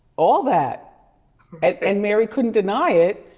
all that. and mary couldn't deny it,